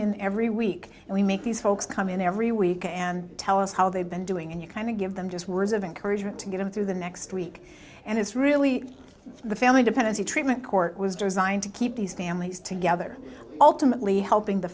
in every week and we make these folks come in every week and tell us how they've been doing and you kind of give them just words of encouragement to get him through the next week and it's really the family dependency treatment court was designed to keep these families together ultimately helping the